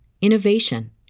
innovation